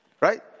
right